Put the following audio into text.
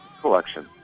collection